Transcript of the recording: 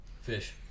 Fish